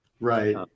Right